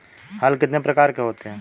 हल कितने प्रकार के होते हैं?